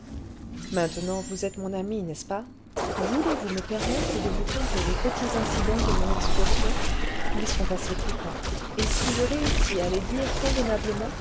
maintenant vous êtes mon amie n'est-ce pas voulez-vous me permettre de vous conter les petits incidents de mon excursion ils sont assez piquants et si je réussis à les dire convenablement